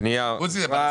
אם כך, הפנייה אושרה.